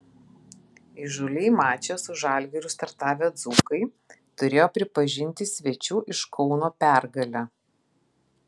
įžūliai mače su žalgiriu startavę dzūkai turėjo pripažinti svečių iš kauno pergalę